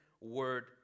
word